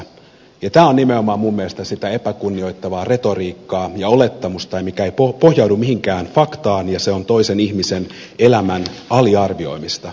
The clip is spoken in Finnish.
tämä on nimenomaan minun mielestäni sitä epäkunnioittavaa retoriikkaa ja olettamusta mikä ei pohjaudu mihinkään faktaan ja se on toisen ihmisen elämän aliarvioimista